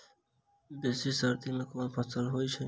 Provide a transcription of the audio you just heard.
बेसी सर्दी मे केँ फसल होइ छै?